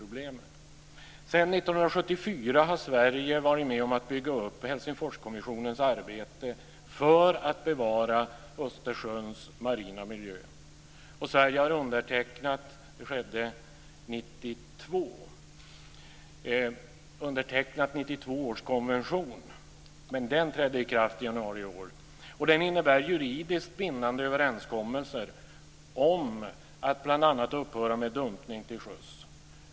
Sedan 1974 har Sverige varit med om att bygga upp Helsingforskommissionens arbete för att bevara Östersjöns marina miljö. Sverige har undertecknat - det skedde 1992 - 1992 års konvention som trädde i kraft i januari i år och som innebär juridiskt bindande överenskommelser om att bl.a. upphöra med dumpning till sjöss.